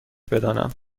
بدانم